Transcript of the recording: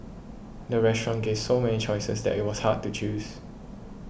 the restaurant gave so many choices that it was hard to choose